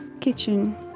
kitchen